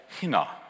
hina